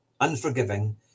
unforgiving